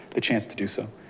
the chance to do so.